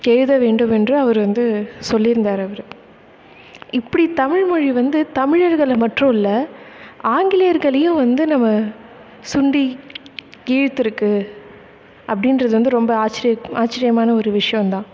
எழுத வேண்டும் என்று அவர் வந்து சொல்லியிருந்தாரு அவர் இப்படி தமிழ்மொழி வந்து தமிழர்களை மற்றும் இல்லை ஆங்கிலேயர்களையும் வந்து நம்ம சுண்டி இழுத்திருக்கு அப்படின்றது வந்து ரொம்ப ஆச்சரிய ஆச்சரியமான ஒரு விஷயந்தான்